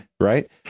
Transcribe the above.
Right